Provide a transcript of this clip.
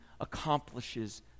accomplishes